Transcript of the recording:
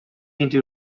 into